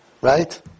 right